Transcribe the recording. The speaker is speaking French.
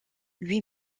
lui